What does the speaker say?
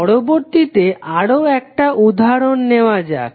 পরবর্তীতে আরও একটা উদাহরণ নেওয়া যাক